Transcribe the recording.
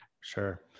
Sure